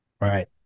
Right